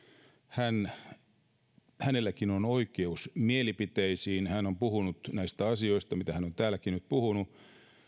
hänelläkin on oikeus mielipiteisiin hän on puhunut näistä asioista mistä hän on täälläkin nyt puhunut